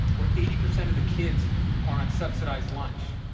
where eighty percent of the kids are on subsidized lunch.